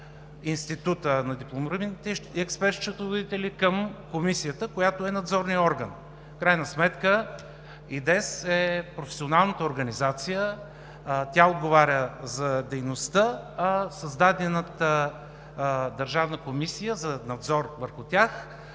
Института на дипломираните експерт-счетоводители към Комисията, която е надзорният орган. В крайна сметка ИДЕС е професионалната организация, тя отговаря за дейността, а създадената Държавна комисия за надзор върху тях